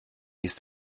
ist